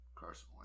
Carson